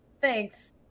Thanks